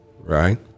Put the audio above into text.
right